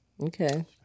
Okay